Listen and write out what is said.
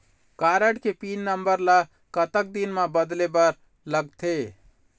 Card के PIN number ला कतक दिन म बदले बर लगथे?